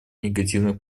негативных